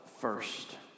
first